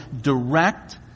direct